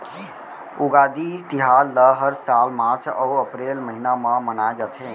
उगादी तिहार ल हर साल मार्च अउ अपरेल महिना म मनाए जाथे